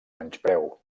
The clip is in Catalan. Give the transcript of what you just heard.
menyspreu